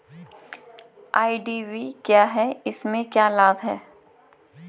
IDV क्या है इसमें क्या लाभ है?